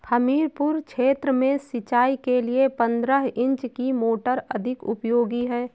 हमीरपुर क्षेत्र में सिंचाई के लिए पंद्रह इंची की मोटर अधिक उपयोगी है?